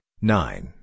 nine